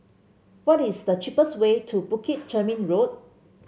what is the cheapest way to Bukit Chermin Road